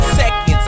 seconds